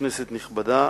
כנסת נכבדה,